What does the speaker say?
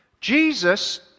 Jesus